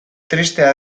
tristea